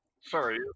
Sorry